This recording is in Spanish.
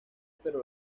pero